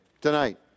tonight